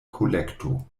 kolekto